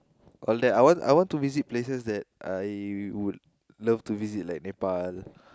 all that I want I want to visit places that I would love to visit like Nepal